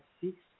six